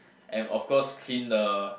and of course clean the